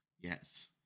yes